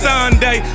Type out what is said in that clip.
Sunday